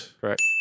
Correct